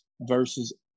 versus